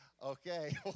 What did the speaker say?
Okay